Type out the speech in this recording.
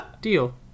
Deal